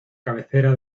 cabecera